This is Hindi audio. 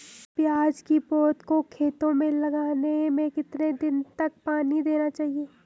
प्याज़ की पौध को खेतों में लगाने में कितने दिन तक पानी देना चाहिए?